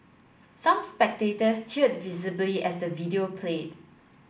some spectators teared visibly as the video played